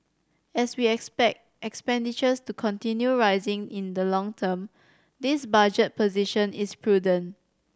as we expect expenditures to continue rising in the long term this budget position is prudent